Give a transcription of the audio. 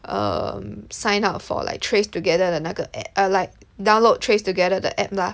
err sign up for like Trace Together 的那个 app err like download Trace Together 的 app lah